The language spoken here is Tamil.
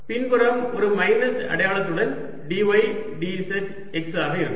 பின்புறம் ஒரு மைனஸ் அடையாளத்துடன் dy dz x ஆக இருக்கும்